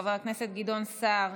חבר הכנסת גדעון סער,